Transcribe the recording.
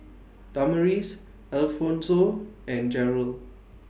Damaris Alphonso and Jerald